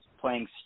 playing